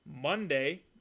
Monday